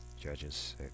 Judges